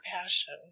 passion